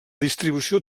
distribució